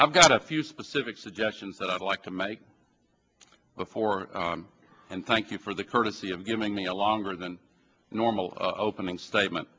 i've got a few specific suggestions that i'd like to make before and thank you for the courtesy of giving me a longer than normal opening statement